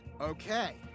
Okay